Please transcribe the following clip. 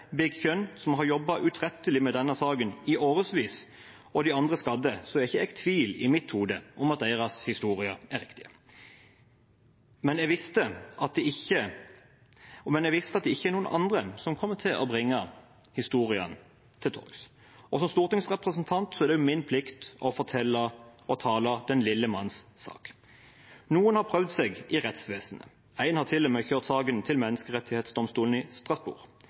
som har jobbet utrettelig med denne saken i årevis, og de andre skadde, er jeg ikke i tvil i mitt hode om at deres historier er riktige. Men jeg visste at det ikke er noen andre som kommer til å bringe disse historiene til torgs. Som stortingsrepresentant er det min plikt å tale den lille manns sak. Noen har prøvd seg i rettsvesenet. En har til og med kjørt saken til Menneskerettsdomstolen i